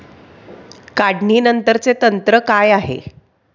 काढणीनंतरचे तंत्र काय आहे?